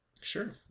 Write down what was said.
Sure